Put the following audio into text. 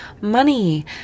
money